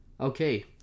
Okay